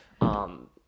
um-